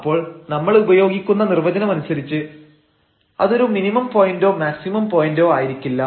അപ്പോൾ നമ്മൾ ഉപയോഗിക്കുന്ന നിർവചനമനുസരിച്ച് അതൊരു മിനിമം പോയന്റോ മാക്സിമം പോയന്റോ ആയിരിക്കില്ല